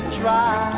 try